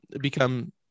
become